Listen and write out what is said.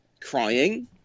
crying